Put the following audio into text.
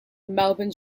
melbourne